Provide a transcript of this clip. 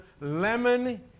lemon